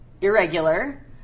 irregular